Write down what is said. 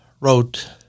wrote